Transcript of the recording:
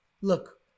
look